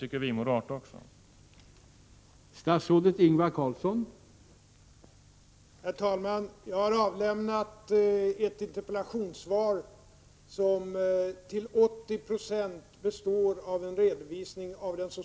Jag kan säga att det tycker vi moderater också.